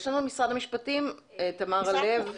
משרד המשפטים נמצא כאן?